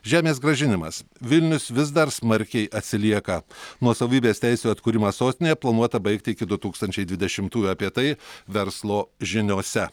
žemės grąžinimas vilnius vis dar smarkiai atsilieka nuosavybės teisių atkūrimą sostinėje planuota baigti iki du tūkstančiai dvidešimtųjų apie tai verslo žiniose